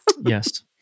Yes